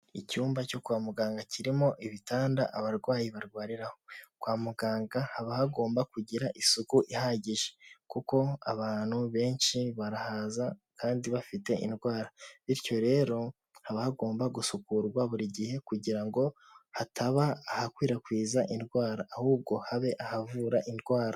Icyumba cyo kwa muganga kirimo ibitanda abarwayi barwariraho, kwa muganga haba hagomba kugira isuku ihagije kuko abantu benshi barahaza kandi bafite indwara, bityo rero haba hagomba gusukurwa buri gihe kugira ngo hataba ahakwirakwiza indwara, ahubwo habe ahavura indwara.